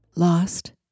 Lost